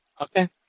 Okay